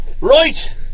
Right